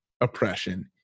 oppression